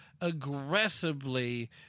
aggressively